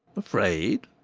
afraid?